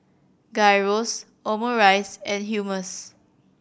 Gyros Omurice and Hummus